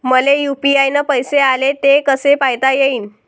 मले यू.पी.आय न पैसे आले, ते कसे पायता येईन?